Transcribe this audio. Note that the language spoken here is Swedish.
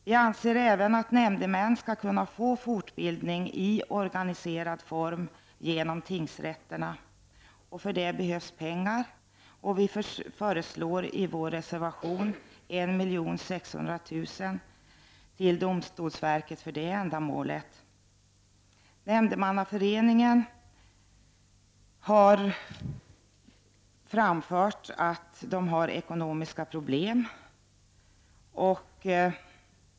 Vi anser även att nämndemän skall kunna få fortbildning i organiserad form genom tingsrätterna. För detta behövs pengar. Vi föreslår att 1 600 000 kr. tillförs domstolsverket för detta ändamål. Nämndemannaföreningen har framfört att man har ekonomiska problem.